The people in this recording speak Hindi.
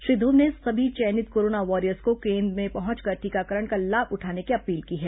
श्री ध्र्व ने सभी चयनित कोरोना वॉरियर्स को केन्द्र में पहंचकर टीकाकरण का लाभ उठाने की अपील की है